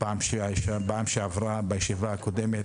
בפעם שעברה, בישיבה הקודמת,